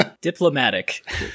Diplomatic